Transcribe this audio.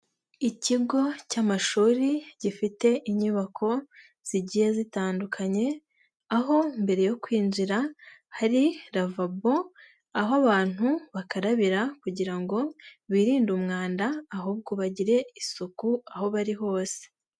Ikigo cy'amashuri gifite inyubako zigiye zitandukanye, aho mbere yo kwinjira hari lavabo, aho abantu bakarabira kugira ngo birinde umwanda, ahubwo bagire isuku aho bari hose.